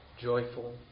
joyful